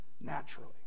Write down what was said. naturally